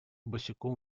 босиком